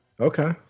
Okay